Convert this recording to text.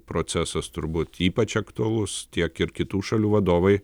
procesas turbūt ypač aktualus tiek ir kitų šalių vadovai